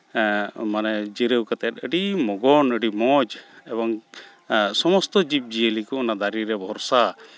ᱢᱟᱱᱮ ᱡᱤᱨᱟᱹᱣ ᱠᱟᱛᱮᱫ ᱟᱹᱰᱤ ᱢᱚᱜᱚᱱ ᱟᱹᱰᱤ ᱢᱚᱡᱽ ᱮᱵᱚᱝ ᱥᱚᱢᱚᱥᱛᱚ ᱡᱤᱵᱽᱼᱡᱤᱭᱟᱹᱞᱤ ᱠᱚ ᱚᱱᱟ ᱫᱟᱨᱮ ᱨᱮ ᱵᱷᱚᱨᱥᱟ